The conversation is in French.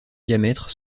diamètre